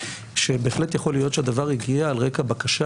שבהחלט יכול להיות שהדבר הגיע על רקע בקשה